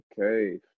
Okay